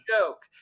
Joke